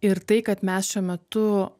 ir tai kad mes šiuo metu